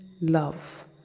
love